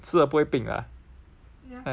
吃了不会病的啊 like